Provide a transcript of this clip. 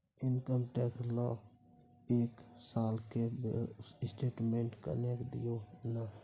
Income tax ल एक साल के स्टेटमेंट निकैल दियो न?